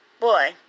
boy